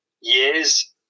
years